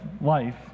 life